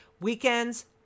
Weekends